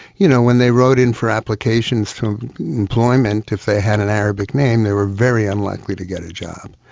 you know, when they wrote in for applications for employment, if they had an arabic name they were very unlikely to get a job.